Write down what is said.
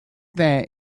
there